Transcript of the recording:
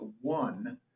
one